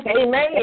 Amen